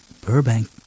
Burbank